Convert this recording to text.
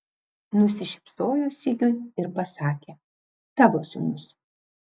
nusišypsojo sigiui ir pasakė tavo sūnus